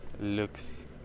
looks